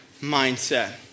mindset